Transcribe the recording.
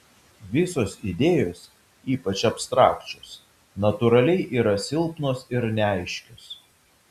visos idėjos ypač abstrakčios natūraliai yra silpnos ir neaiškios